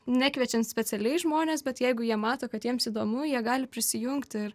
nekviečiant specialiai žmones bet jeigu jie mato kad jiems įdomu jie gali prisijungti ir